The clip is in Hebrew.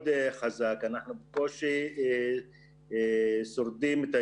אם פעם היו אוספים אשפה פעמיים בשבוע